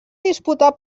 disputar